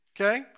Okay